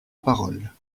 parole